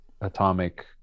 atomic